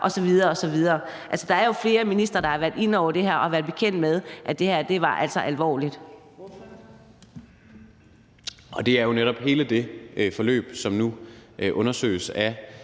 der er jo flere ministre, der har været inde over det her og har været bekendt med, at det her var alvorligt.